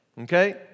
okay